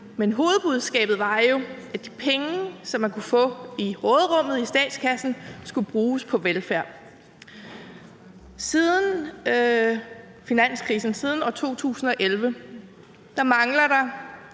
Men hovedbudskabet var jo, at de penge, som man kunne få i råderummet i statskassen, skulle bruges på velfærd. Siden finanskrisen, siden år 2011, mangler der